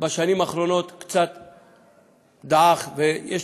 בשנים האחרונות קצת דעך, ויש